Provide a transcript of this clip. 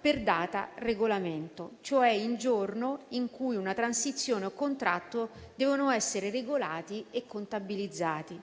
per data regolamento, e cioè il giorno in cui una transizione o contratto devono essere regolati e contabilizzati.